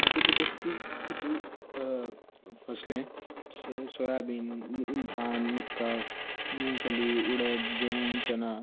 मध्य प्रदेश की कुछ फसलें हैं जैसे सोयाबीन धान मक्का मूँगफली उड़द गेहूँ चना